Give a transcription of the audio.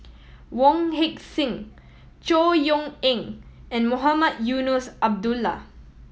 Wong Heck Sing Chor Yeok Eng and Mohamed Eunos Abdullah